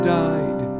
died